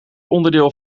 onderdeel